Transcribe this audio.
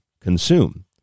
consume